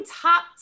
top